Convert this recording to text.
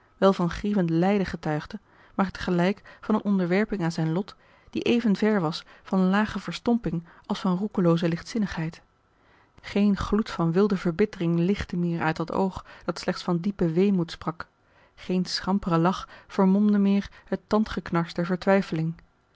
wel van grievend lijden getuigde maar tegelijk van eene onderwerping aan zijn lot die even ver was van lage verstomping als van roekelooze lichtzinnigheid geen gloed van wilde verbittering lichtte meer uit dat oog dat slechts van diepen weemoed sprak geen schampere lach vermomde meer het tandgeknars